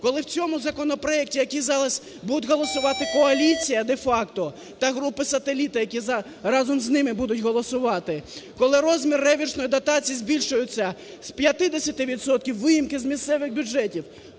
коли в цьому законопроекті, який зараз будуть голосувати коаліція де-факто та групи-сателіти, які разом з ними будуть голосувати, коли розмір реверсної дотації збільшується з 50 відсотків виїмки з місцевих бюджетів